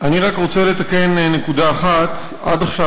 אני רק רוצה לתקן נקודה אחת: עד עכשיו,